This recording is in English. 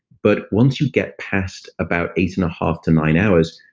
but once you get past about eight-and-a-half to nine hours,